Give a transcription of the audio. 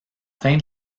fin